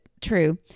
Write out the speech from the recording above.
true